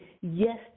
yes